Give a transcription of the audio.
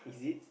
is it